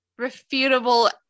refutable